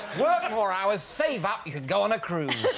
work and more hours, save up, you could go on a cruise!